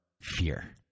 fear